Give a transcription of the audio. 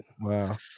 Wow